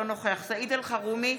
אינו נוכח סעיד אלחרומי,